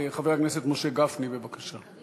חבר הכנסת משה גפני, בבקשה.